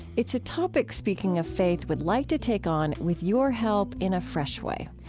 it's a topic speaking of faith would like to take on, with your help, in a fresh way.